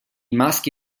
maschi